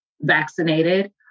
vaccinated